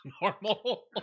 normal